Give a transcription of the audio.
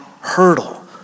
hurdle